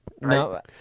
No